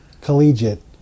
Collegiate